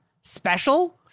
special